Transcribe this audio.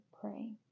pray